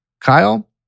Kyle